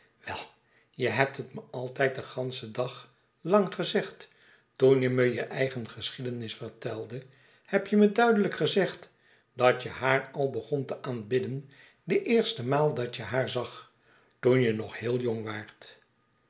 wei je hebt het me altijd den ganschen dag lang gezegd toen je me je eigen geschiedenis vertelde heb je me duidelijk gezegd dat je haar al begon te aanbidden de eerste maal dat je haar zag toen je nog heel jong waart